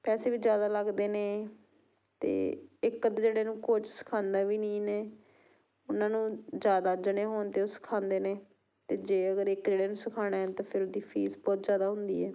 ਪੈਸੇ ਵੀ ਜ਼ਿਆਦਾ ਲੱਗਦੇ ਨੇ ਅਤੇ ਇੱਕ ਅਦ ਜਿਹੜੇ ਨੂੰ ਕੋਚ ਸਿਖਾਉਂਦਾ ਵੀ ਨਹੀਂ ਨੇ ਉਹਨਾਂ ਨੂੰ ਜ਼ਿਆਦਾ ਜਣੇ ਹੋਣ ਤਾਂ ਉਹ ਸਿਖਾਉਂਦੇ ਨੇ ਅਤੇ ਜੇ ਅਗਰ ਇੱਕ ਜਣੇ ਨੂੰ ਸਿਖਾਉਣਾ ਤਾਂ ਫਿਰ ਉਹਦੀ ਫੀਸ ਬਹੁਤ ਜ਼ਿਆਦਾ ਹੁੰਦੀ ਹੈ